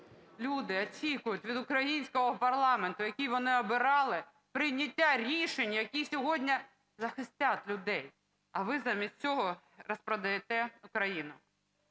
Люди очікують від українського парламенту, який вони обирали, прийняття рішень, які сьогодні захистять людей, а ви замість цього розпродаєте України.